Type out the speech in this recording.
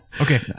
Okay